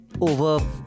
over